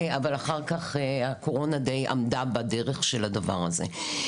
אבל אחר כך הקורונה די עמדה בדרך של הדבר הזה.